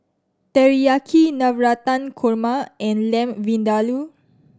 Teriyaki Navratan Korma and Lamb Vindaloo